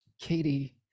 katie